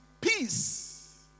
peace